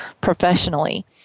professionally